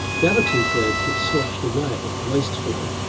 the other two-thirds get sloshed away wastefully,